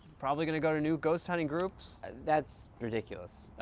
probably going to go to new ghost hunting groups. that's ridiculous.